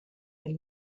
del